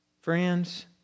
Friends